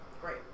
Great